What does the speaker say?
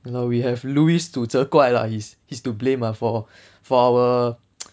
you know we have louis to 责怪 lah he's he's to blame ah for for our